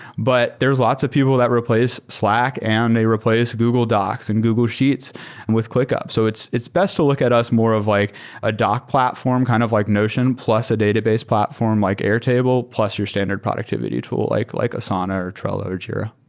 but there're lots of people that replace slack and they replace google docs and google sheets and with clickup. so it's it's best to look at us more of like a dock platform, kind of like notion plus a database platform like airtable plus your standard productivity tool like like asana, or trello, or jira.